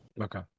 Okay